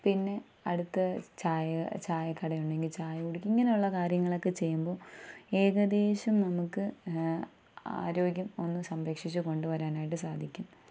പിന്നെ അടുത്ത് ചായ ചായക്കട ഉണ്ടെങ്കിൽ ചായ കുടിക്കുക ഇങ്ങനെ ഉള്ള കാര്യങ്ങളൊക്കെ ചെയ്യുമ്പോൾ ഏകദേശം നമുക്ക് ആരോഗ്യം ഒന്ന് സംരക്ഷിച്ചു കൊണ്ടുവരാനായിട്ട് സാധിക്കും